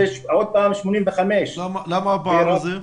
זה עוד פעם 85%. למה הפער הזה?